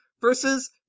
versus